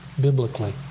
biblically